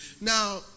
Now